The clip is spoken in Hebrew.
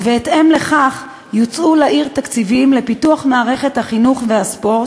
ובהתאם לכך יוצעו לה תקציבים לפיתוח מערכות החינוך והספורט.